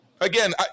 again